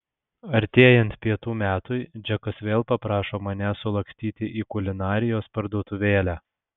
artėjant pietų metui džekas vėl paprašo manęs sulakstyti į kulinarijos parduotuvėlę